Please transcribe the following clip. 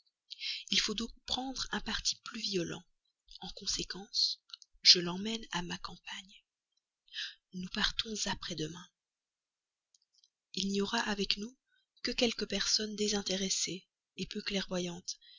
il faut donc prendre un parti plus violent en conséquence je l'emmène à ma campagne nous partons après demain il n'y aura avec nous que quelques personnes désintéressées peu clairvoyantes